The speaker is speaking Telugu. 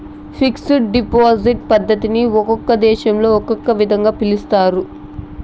ఫిక్స్డ్ డిపాజిట్ పద్ధతిని ఒక్కో దేశంలో ఒక్కో విధంగా పిలుస్తారు